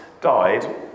died